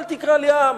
אל תקרא לי עם,